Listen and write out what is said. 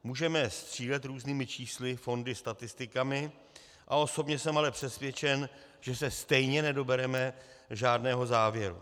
Můžeme střílet různými čísly, fondy, statistikami, osobně jsem ale přesvědčen, že se stejně nedobereme žádného závěru.